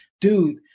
dude